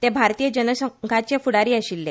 ते भारतीय जनसंघाचे फुडारी आशिल्ले